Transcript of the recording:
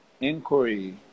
inquiry